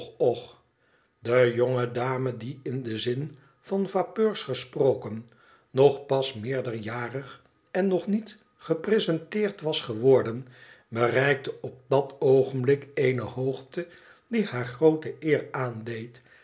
och de jonge dame die in den zin van vapeurs gesproken nog pas meerderjarig en nog niet gepresenteerd was geworden bereikte op dat oogenblik eenè hoogte die haar groote eer aandeed en die